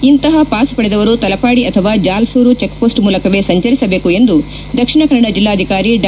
ಇಂತಹ ಪಾಸ್ ಪಡೆದವರು ತಲಪಾಡಿ ಅಥವಾ ಚಾಲ್ಲೂರು ಚೆಕ್ ಪೋಸ್ಟ್ ಮೂಲಕವೇ ಸಂಚರಿಸಬೇಕು ಎಂದು ದಕ್ಷಿಣ ಕನ್ನಡ ಜಿಲ್ಲಾಧಿಕಾರಿ ಡಾ